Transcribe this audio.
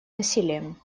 насилием